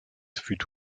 fut